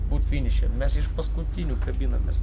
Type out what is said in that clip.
būt finiše mes iš paskutinių kabinamės